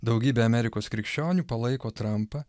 daugybė amerikos krikščionių palaiko trampą